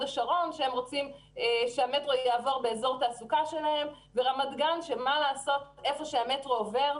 השרון שרוצה שהמטרו יעבור באזור תעסוקה שלהם ורמת גן שהיכן שהמטרו עובר,